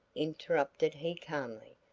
interrupted he calmly,